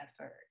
effort